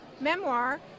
memoir